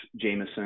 Jameson